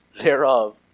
thereof